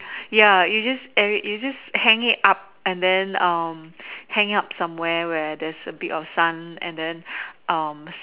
ya you just air it you just hang it up and then um hang it up somewhere where there is a bit of sun and then um